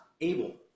able